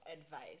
advice